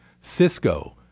Cisco